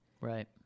Right